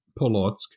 Polotsk